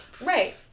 Right